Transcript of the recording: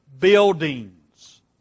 buildings